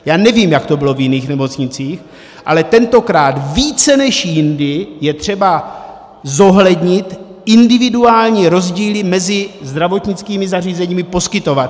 Já nevím, jak to bylo v jiných nemocnicích, ale tentokrát více než jindy je třeba zohlednit individuální rozdíly mezi zdravotnickými zařízeními poskytovateli.